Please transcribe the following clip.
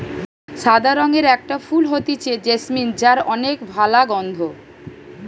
সাদা রঙের একটা ফুল হতিছে জেসমিন যার অনেক ভালা গন্ধ